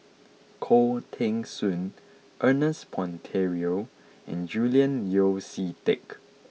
Khoo Teng Soon Ernest Monteiro and Julian Yeo See Teck